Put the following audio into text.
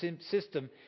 system